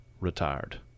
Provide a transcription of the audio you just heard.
retired